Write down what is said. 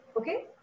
Okay